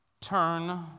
turn